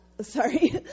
sorry